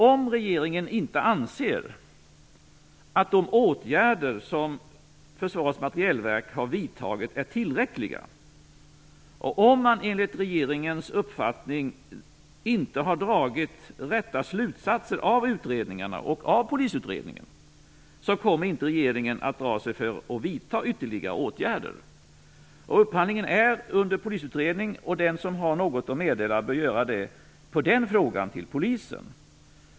Om regeringen inte anser att de åtgärder som Försvarets materielverk har vidtagit är tillräckliga, och om man enligt regeringens uppfattning inte har dragit de rätta slutsatserna av utredningarna och av polisutredningen, kommer inte regeringen att dra sig för att vidta ytterligare åtgärder. Upphandlingen är under polisutredning. Den som har något att meddela i den frågan bör göra det till Polisen.